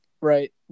Right